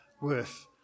worth